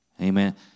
Amen